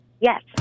Yes